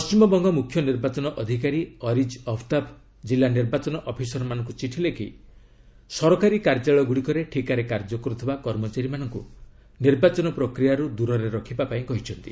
ପଶ୍ଚିମବଙ୍ଗ ମୁଖ୍ୟ ନିର୍ବାଚନ ଅଧିକାରୀ ଅରିଜ ଅଫ୍ତାବ ଜିଲ୍ଲା ନିର୍ବାଚନ ଅଫିସରମାନଙ୍କୁ ଚିଠି ଲେଖି ସରକାରୀ କାର୍ଯ୍ୟାଳୟଗୁଡ଼ିକରେ ଠିକାରେ କାର୍ଯ୍ୟ କରୁଥିବା କର୍ମଚାରୀମାନଙ୍କୁ ନିର୍ବାଚନ ପ୍ରକ୍ରିୟାରୁ ଦୂରରେ ରଖିବା ପାଇଁ କହିଛନ୍ତି